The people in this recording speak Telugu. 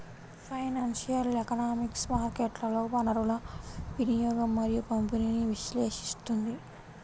ఫైనాన్షియల్ ఎకనామిక్స్ మార్కెట్లలో వనరుల వినియోగం మరియు పంపిణీని విశ్లేషిస్తుంది